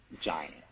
giant